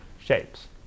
shapes